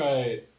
Right